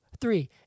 Three